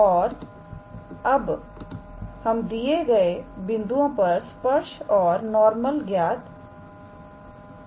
और अब हमें दिए गए बिंदुओं पर स्पर्श तल और नॉर्मल ज्ञात करना होगा